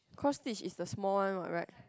cross stitch is the small one what right